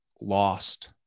lost